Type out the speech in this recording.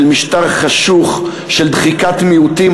של משטר חשוך, של דחיקת מיעוטים.